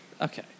Okay